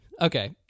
Okay